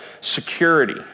security